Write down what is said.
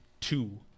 two